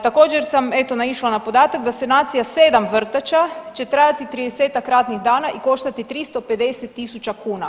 Također sam eto naišla na podatak da sanacija 7 vrtača će trajati 30-tak radnih dana i koštati 350.000 kuna.